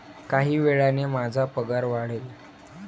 काही वेळाने माझा पगार वाढेल